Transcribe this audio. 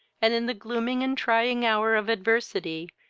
and, in the gloomy and trying hour of adversity,